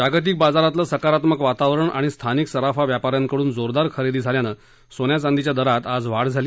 जागतिक बाजारातलं सकारात्मक वातावरण आणि स्थानिक सराफा व्यापा यांकडून जोरदार खरेदी झाल्यानं सोने चांदीच्या दरात आज वाढ झाली